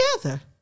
together